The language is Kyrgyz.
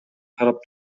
карап